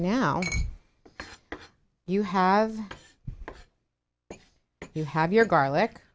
now you have you have your garlic